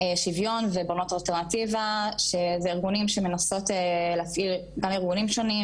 שוויון ולבנות אלטרנטיבה שזה ארגונים שמנסות להפעיל ארגונים שונים,